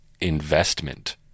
investment